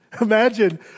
imagine